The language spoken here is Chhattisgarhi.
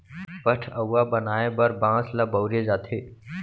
पठअउवा बनाए बर बांस ल बउरे जाथे